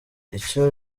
icyo